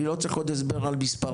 אני לא צריך עוד הסבר על מספרים.